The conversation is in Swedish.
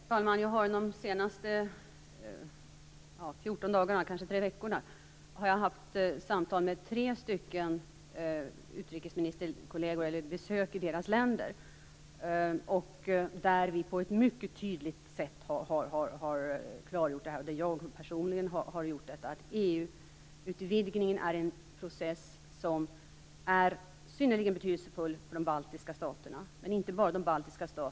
Herr talman! Jag har de senaste två tre veckorna besökt tre utrikesministerkolleger i deras länder. Där har jag personligen på ett mycket tydligt sätt klargjort att EU-utvidgningen är en process som är synnerligen betydelsefull för de baltiska staterna, och inte bara för dem.